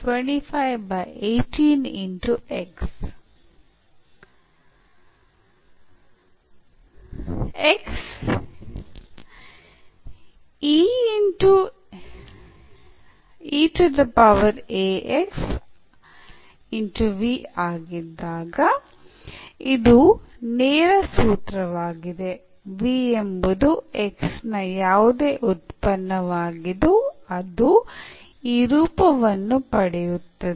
V ಎಂಬುದು x ನ ಯಾವುದೇ ಉತ್ಪನ್ನವಾಗಿದ್ದು ಅದು ಈ ರೂಪವನ್ನು ಪಡೆಯುತ್ತದೆ